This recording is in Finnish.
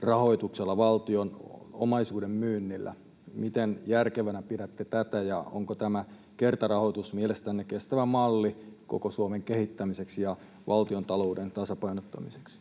rahoituksella valtion omaisuuden myynnillä. Miten järkevänä pidätte tätä, ja onko tämä kertarahoitus mielestänne kestävä malli koko Suomen kehittämiseksi ja valtiontalouden tasapainottamiseksi?